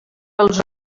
els